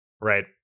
Right